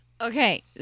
Okay